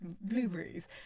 blueberries